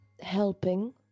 helping